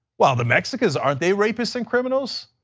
well, the mexicans, aren't they rapists and criminals?